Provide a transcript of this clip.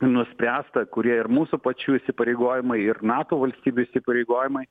nuspręsta kurie ir mūsų pačių įsipareigojimai ir nato valstybių įsipareigojimai